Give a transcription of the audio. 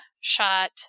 shot